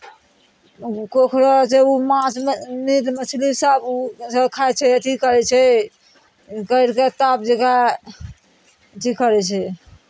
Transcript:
ओ कोकड़ा छै ओ माँछ मीट मछली सभ ओ खाइत छै अथी करै छै करि कऽ सभ जगह अथी करै छै